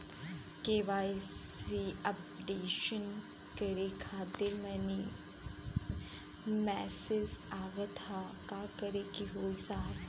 KYC updation करें खातिर message आवत ह का करे के होई साहब?